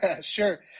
Sure